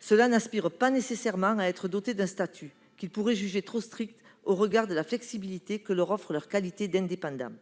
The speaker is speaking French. Ceux-là n'aspirent pas nécessairement à être dotés d'un statut qu'ils pourraient juger trop strict au regard de la flexibilité que leur offre leur qualité d'indépendants.